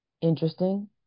interesting